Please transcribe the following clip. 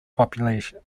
population